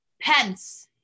pence